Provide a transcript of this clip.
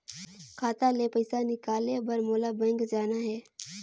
खाता ले पइसा निकाले बर मोला बैंक जाना हे?